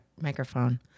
microphone